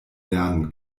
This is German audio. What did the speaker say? lernen